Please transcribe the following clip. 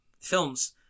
films